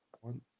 one